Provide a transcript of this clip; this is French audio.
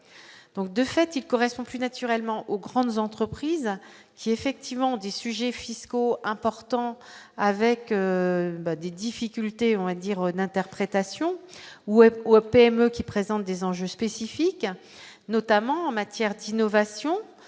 donc, de fait, il correspond plus naturellement aux grandes entreprises qui effectivement des sujets fiscaux importants, avec des difficultés, on a dit Ron interprétation ou aux PME qui présentent des enjeux spécifiques, notamment en matière d'innovation